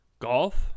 Golf